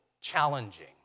challenging